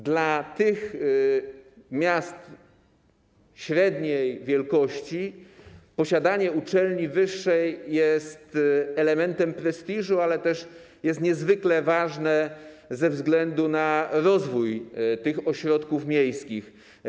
Dla miast średniej wielkości posiadanie uczelni wyższej jest elementem prestiżu, ale też jest niezwykle ważne ze względu na rozwój tych ośrodków miejskich.